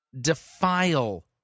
defile